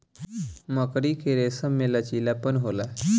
मकड़ी के रेसम में लचीलापन होला